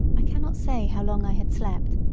i cannot say how long i had slept,